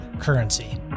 currency